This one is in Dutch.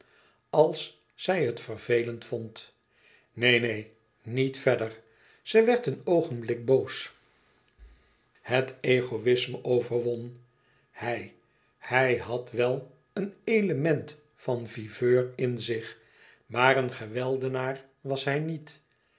als zij het vervelend vond neen neen niet verder ze werd een oogenblik boos het egoïsme overwon hij hij had wel een element van viveur in zich maar een geweldenaar was hij niet